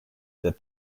that